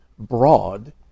broad